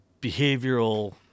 behavioral